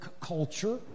culture